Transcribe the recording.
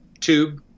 tube